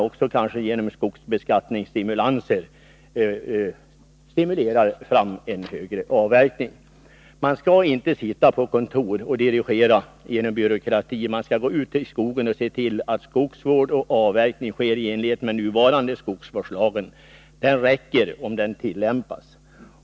Med skogsbeskattningsstimulanser kan man också få till stånd högre avverkning. Man skall inte sitta på kontor och dirigera genom byråkrati. Man skall i stället gå ut i skogen och se till att skogsvård och avverkning sker i enlighet med den nuvarande skogsvårdslagen. Den räcker om den tillämpas.